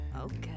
Okay